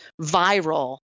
viral